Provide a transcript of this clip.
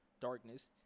darkness